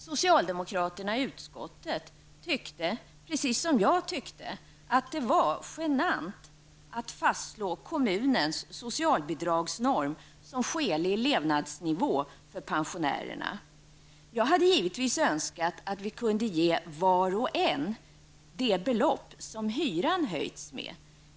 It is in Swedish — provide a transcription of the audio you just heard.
Socialdemokraterna i utskottet tyckte precis som jag att det var genant att fastslå kommunens socialbidragsnorm som skälig levnadsnivå för pensionärerna. Jag hade givetvis önskat att vi kunnat ge var och en det belopp som hyran höjts med.